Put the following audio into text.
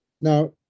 Now